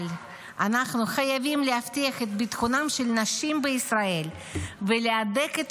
אבל אנחנו חייבים להבטיח את ביטחונן של הנשים בישראל ולהדק את